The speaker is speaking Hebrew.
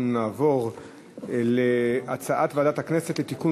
אנחנו נעבור להצעת ועדת הכנסת לתיקון